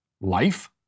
Life